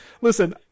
Listen